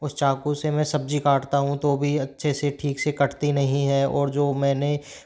उस चाकू से मैं सब्ज़ी काटता हूँ तो भी अच्छे से ठीक से कटती नहीं है और जो मैंने